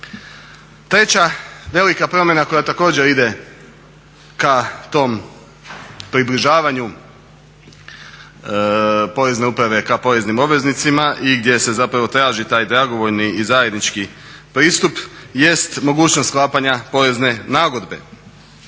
Treća velika promjena koja također ide ka tom približavanju Porezne uprave ka poreznim obveznicima i gdje se zapravo traži taj dragovoljni i zajednički pristup jest mogućnost sklapanja porezne nagodbe